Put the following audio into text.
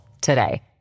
today